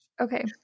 Okay